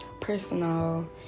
personal